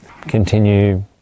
continue